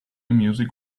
music